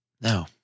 no